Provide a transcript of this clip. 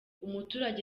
umuturage